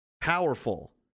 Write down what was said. powerful